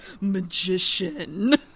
magician